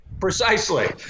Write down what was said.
Precisely